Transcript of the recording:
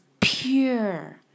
pure